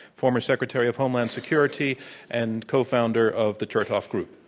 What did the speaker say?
former secretary of homeland security and co-founder of the chertoff group.